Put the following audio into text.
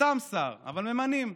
סתם שר, אבל ממנים.